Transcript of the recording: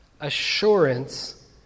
assurance